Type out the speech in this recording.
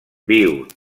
viu